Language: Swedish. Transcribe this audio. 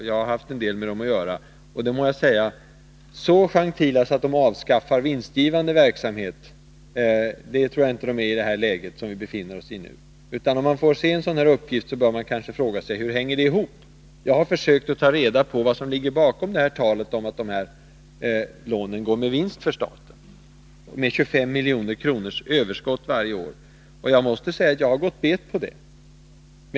Jag har haft en del med dem att göra, och det må jag säga, att så gentila att de avskaffar vinstgivande verksamhet tror jag inte att de är i det läge som vi befinner oss i nu. När man har försökt ta reda på vad som ligger bakom talet om att de här lånen går med vinst för staten — med 25 miljoner i överskott varje år. Jag måste säga att jag har gått bet på det.